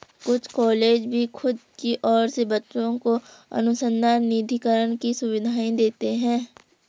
कुछ कॉलेज भी खुद की ओर से बच्चों को अनुसंधान निधिकरण की सुविधाएं देते हैं